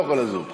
לא יכול לזוז.